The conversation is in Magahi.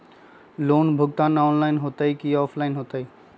लोन भुगतान ऑनलाइन होतई कि ऑफलाइन होतई?